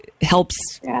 helps